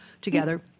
together